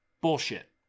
bullshit